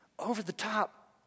over-the-top